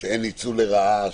שאין ניצול לרעה,